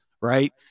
Right